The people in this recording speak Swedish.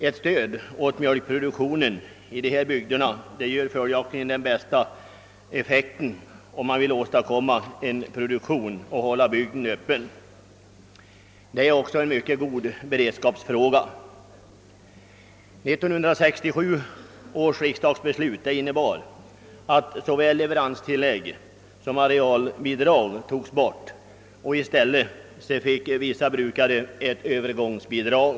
Ett stöd åt mjölkproduktionen i dessa bygder ger följaktligen den bästa effekten, om man vill åstadkomma en lönsam produktion och samtidigt hålla bygden öppen. Detta innebär också en mycket god beredskapsåtgärd. 1967 års riksdagsbeslut innebar att såväl leveranstillägg som arealbidrag avskaffades och att i stället vissa jordbrukare fick ett övergångsbidrag.